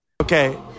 okay